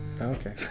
Okay